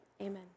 amen